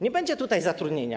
Nie będzie tutaj zatrudnienia.